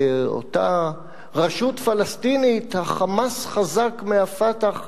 באותה רשות פלסטינית ה"חמאס" חזק מה"פתח",